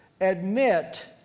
admit